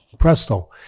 presto